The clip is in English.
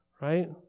right